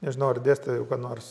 nežinau ar dėstė jau ką nors